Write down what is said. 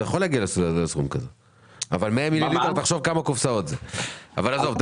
זה יכול להגיע לסכום הזה אבל תחשוב כמה קופסאות זה 100 מיליליטר.